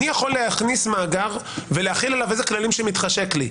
אני יכול להכניס מאגר ולהחיל עליו איזה כללים שמתחשק לי,